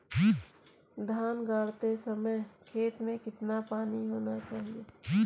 धान गाड़ते समय खेत में कितना पानी होना चाहिए?